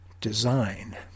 Design